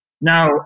Now